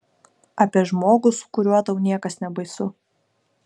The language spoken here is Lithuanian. apie žmogų su kuriuo tau niekas nebaisu